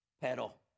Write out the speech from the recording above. pedal